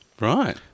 Right